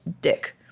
dick